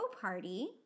party